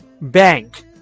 Bank